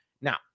Now